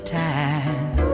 time